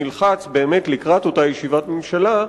נלחץ לקראת אותה ישיבת ממשלה,